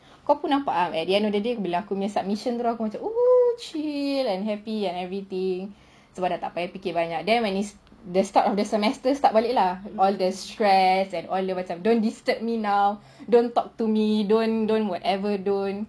kau pun nampak ah at end of the day bila aku macam submission aku macam oh chill and happy and everything sebab tak fikir banyak then when is the start the semester start balik lah all the stress and all the macam eh don't disturb me now don't talk to me don't don't whatever don't